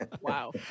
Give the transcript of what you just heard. Wow